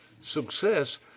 Success